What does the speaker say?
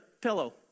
pillow